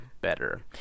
better